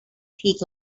peak